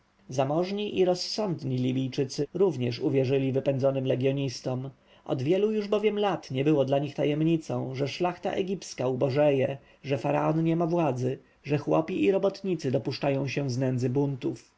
zamożni i rozsądni libijczycy również uwierzyli wypędzonym legjonistom od wielu już bowiem lat nie było dla nich tajemnicą że szlachta egipska ubożeje że faraon nie ma władzy a chłopi i robotnicy dopuszczają się z nędzy buntów